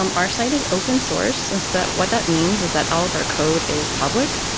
um our site is open source since that what that means is that all of our code is public,